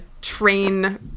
train